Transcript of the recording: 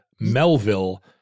Melville